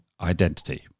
identity